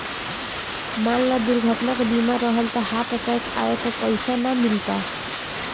मान ल दुर्घटना के बीमा रहल त हार्ट अटैक आवे पर पइसा ना मिलता